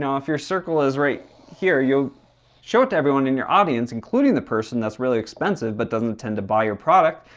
if your circle is right here, you show it to everyone in your audience, including the person that's really expensive, but doesn't tend to buy your product,